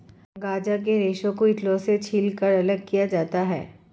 गांजा के रेशे को डंठलों से छीलकर अलग किया जाता है